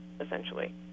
essentially